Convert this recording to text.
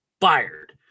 fired